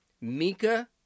Mika